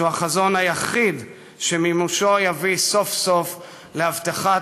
שהוא החזון היחיד שמימושו יביא סוף-סוף להבטחת